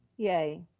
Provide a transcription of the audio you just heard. yay.